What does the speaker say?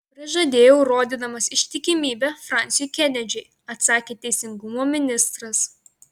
prižadėjau rodydamas ištikimybę fransiui kenedžiui atsakė teisingumo ministras